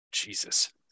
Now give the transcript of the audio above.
Jesus